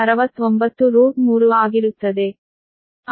9 69 ಆಗಿರುತ್ತದೆ